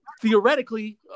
theoretically